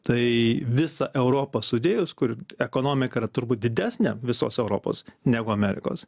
tai visą europą sudėjus kur ekonomika yra turbūt didesnė visos europos negu amerikos